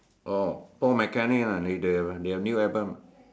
oh four mechanic lah they have a they have a new album